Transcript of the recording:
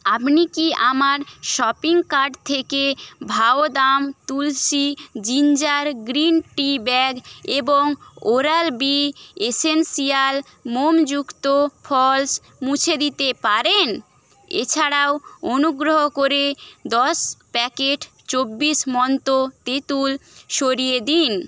আপনি কি আমার শপিং কার্ট থেকে Vahdam Tulsi ginger green tea bag এবং ওরাল বি এসেন্সিয়াল মোমযুক্ত ফলস্ মুছে দিতে পারেন এছাড়াও অনুগ্রহ করে দশ প্যাকেট চব্বিশ মন্ত্র তেঁতুল সরিয়ে দিন